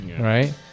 right